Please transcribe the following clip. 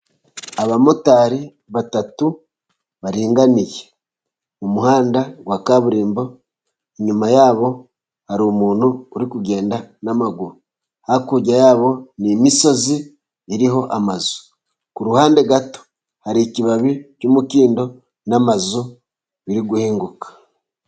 Abamotari batatu baringaniye mu muhanda wa kaburimbo , inyuma yabo hari umuntu uri kugenda n'amaguru . Hakurya yabo ni imisozi iriho amazu , ku ruhande gato hari ikibabi cy'umukindo n'amazu biri guhinguka.